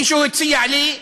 מישהו הציע לי,